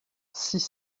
six